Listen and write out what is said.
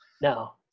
No